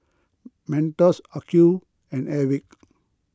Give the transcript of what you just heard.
Mentos Acuvue and Airwick